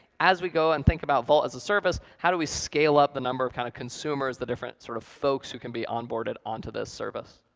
as we go and think about vault as a service, how do we scale up the number of kind of consumers, the different sort of folks who can be onbaorded onto this service?